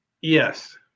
yes